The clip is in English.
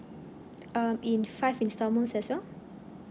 um in five instalments as well